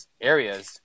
areas